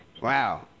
wow